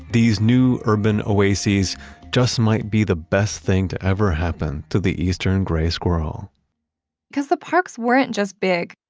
these new urban oases just might be the best thing to ever happen to the eastern grey squirrel because the parks weren't just big.